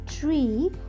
tree